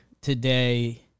today